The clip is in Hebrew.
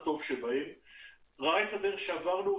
ראה את הדרך שעברנו,